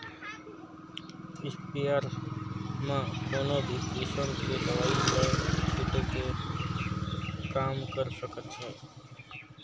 sprayer म कोनो भी किसम के दवई ल छिटे के काम कर सकत हे